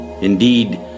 Indeed